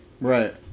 Right